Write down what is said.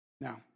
Now